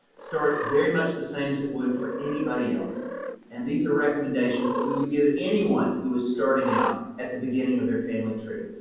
starts very much the same as it would for anybody else and these are recommendations that we would give anyone who is starting out at the beginning of their family tree.